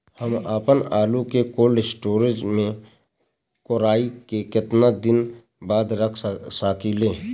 हम आपनआलू के कोल्ड स्टोरेज में कोराई के केतना दिन बाद रख साकिले?